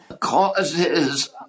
causes